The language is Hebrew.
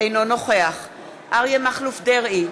אינו נוכח אריה מכלוף דרעי,